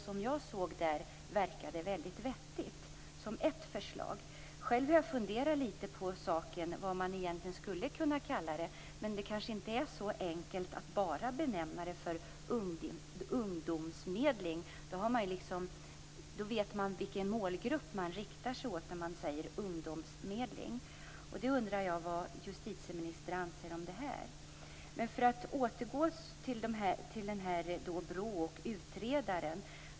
Det jag såg där verkade väldigt vettigt som ett förslag. Själv har jag funderat litet på vad man egentligen skulle kunna kalla det för. Det kanske inte är så enkelt att man bara kan benämna det ungdomsmedling. Men man vet vilken målgrupp man riktar sig till om man säger ungdomsmedling. Jag undrar vad justitieministern anser om det. Låt mig återgå till BRÅ och utredaren.